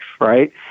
right